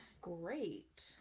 great